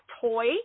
toy